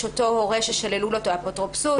אותו הורה ששללו לו את האפוטרופסות.